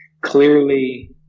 clearly